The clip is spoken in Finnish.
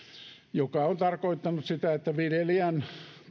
mikä on tarkoittanut sitä että viljelijän